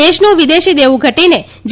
દેશનું વિદેશી દેવું ઘટીને જી